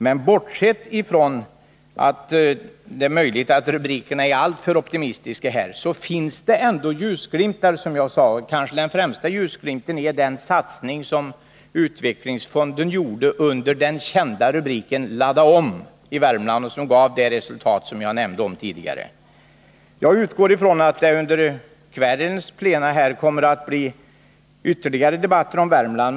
Men bortsett från att det är möjligt att rubrikerna är alltför optimistiska finns det ändå ljusglimtar, som jag sade. Den främsta ljusglimten är kanske den satsning som Utvecklingsfonden gjorde under den kända rubriken ”Ladda om” i Värmland. Jag utgår från att det under kvällens plenum kommer att bli ytterligare debatt om Värmland.